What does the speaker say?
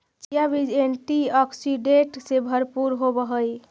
chia बीज antioxidant से भरपूर होवअ हई